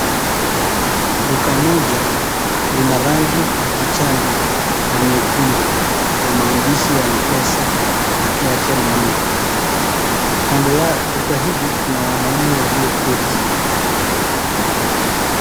Duka moja lina rangi ya kijani na nyekundu na maandishi ya 'M-Pesa' na 'Airtel money' kando ya duka hili kuna wanaume walioketi.